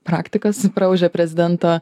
praktikas praūžė prezidento